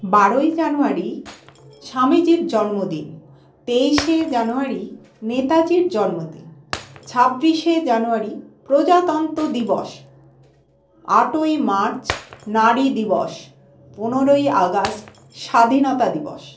বারোই জানুয়ারি স্বামীজির জন্মদিন তেইশে জানুয়ারি নেতাজির জন্মদিন ছাব্বিশে জানুয়ারি প্রজাতন্ত্র দিবস আটই মার্চ নারী দিবস পনেরোই আগস্ট স্বাধীনতা দিবস